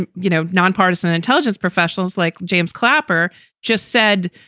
and you know, nonpartisan intelligence professionals like james clapper just said,